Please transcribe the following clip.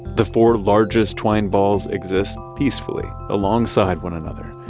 the four largest twine balls exist peacefully alongside one another,